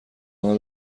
آنها